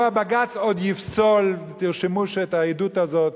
פה הבג"ץ עוד יפסול תרשמו את העדות הזאת,